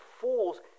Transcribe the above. fools